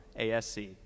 ASC